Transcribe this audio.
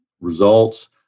results